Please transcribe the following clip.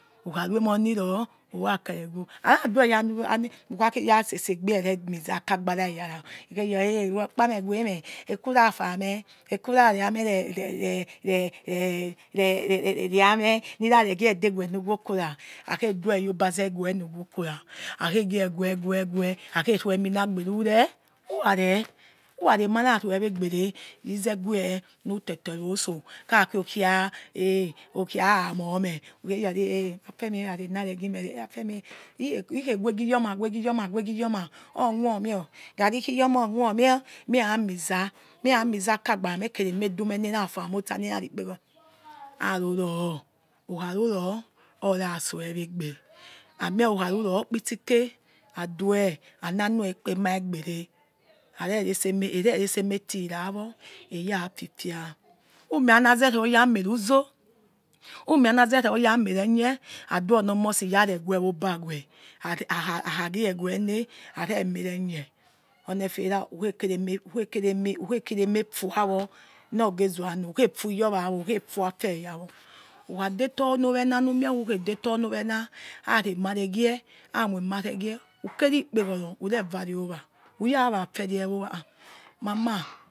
ukharu emoniri who rakere umi ara due yanor ukha kheya sesi egbie remuza akagbara weya ra ikheyor eeh who wor kpa meh weh meh ekura fame ekura riamhe re eh eh eh eh eh eh riamhe ni raregie dewe norgho kora akheu duwe yebaze gie weno wokora akheu duwe yabaze gie weno wokora akhi gie wewe akheu rue emina egbere whore who rare whore re mara rue egbere rizegue nutotoe ro utso khakiokia eh okia are mo meh rari eh afemeh era rena veghime hekhe co weghi yorma weghi yor ma or wormior rari khiyor ma owo mior meh ramiza meh raniza akagbara me kare medu me nerafamu otsa nera rikpeghoro haruror ukharu ror orasoe wegbe amie ukharu ror okpit sike adue ananor ikpe ma wegere aren rese ere rese emeti rawo erafifia umie ana zeroya meruzor who mi ana zero ya mere eniye adoi oni omosi rare weqeba we haka ghi wene hare merenie fuawo nor gezor nor who khefi iyorwawo ukhefue afe yani whokadetoe oni owena nu mie kukhei detor oni owena hare mare gie hamue, mare gie ukperi ikpegoro urevare owa uyawa ferie owa ha mama